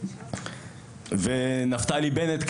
נפתלי בנט,